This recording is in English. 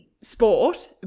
sport